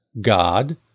God